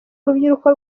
urubyiruko